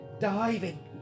diving